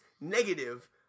negative